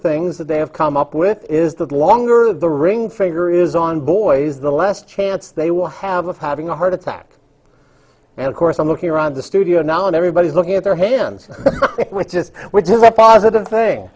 things that they have come up with is that the longer the ring finger is on boys the last chance they will have of having a heart attack and of course i'm looking around the studio now and everybody is looking at their hands which is which is a positive thing